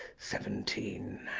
seventeen.